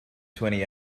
twenty